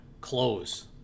close